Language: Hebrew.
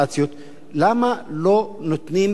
למה לא נותנים פתרונות